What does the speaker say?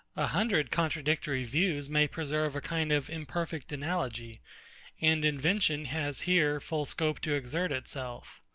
a hundred contradictory views may preserve a kind of imperfect analogy and invention has here full scope to exert itself.